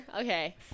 Okay